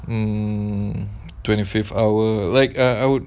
um twenty fifth hour like I would